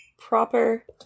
proper